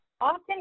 Often